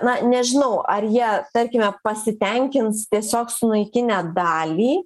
na nežinau ar jie tarkime pasitenkins tiesiog sunaikinę dalį